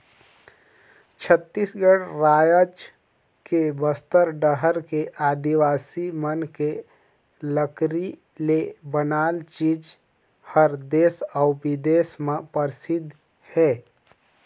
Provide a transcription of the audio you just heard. छत्तीसगढ़ रायज के बस्तर डहर के आदिवासी मन के लकरी ले बनाल चीज हर देस अउ बिदेस में परसिद्ध हे